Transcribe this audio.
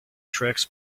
tricks